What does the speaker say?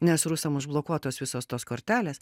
nes rusam užblokuotos visos tos kortelės